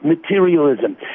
materialism